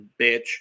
Bitch